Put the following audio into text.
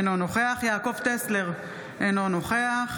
אינו נוכח יעקב טסלר, אינו נוכח